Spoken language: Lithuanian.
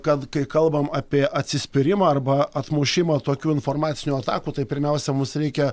kad kai kalbam apie atsispyrimą arba atmušimą tokių informacinių atakų tai pirmiausia mums reikia